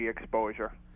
exposure